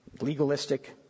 legalistic